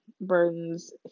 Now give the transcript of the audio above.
burdens